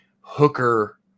Hooker